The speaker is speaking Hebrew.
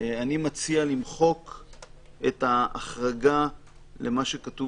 אני מציע למחוק את החרגה למה שכתוב